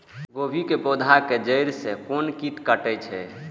गोभी के पोधा के जड़ से कोन कीट कटे छे?